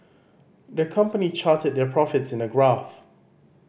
the company charted their profits in a graph